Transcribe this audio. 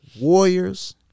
Warriors